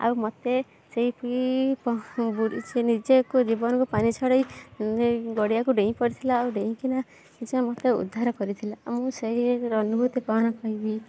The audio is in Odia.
ଆଉ ମୋତେ ସେଇଠି ସେ ନିଜେ ଜୀବନକୁ ପାଣି ଛଡ଼େଇ ଗଡ଼ିଆକୁ ଡେଇଁ ପଡ଼ିଥିଲା ଆଉ ଡେଇଁକିନା ସେ ମୋତେ ଉଦ୍ଧାର କରିଥିଲା ଆଉ ମୁଁ ସେଇର ଅନୁଭୂତି କ'ଣ କହିବି